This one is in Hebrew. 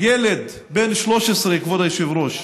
ילד בן 13, כבוד היושב-ראש,